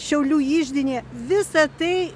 šiaulių iždinė visa tai